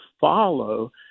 follow